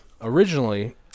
Originally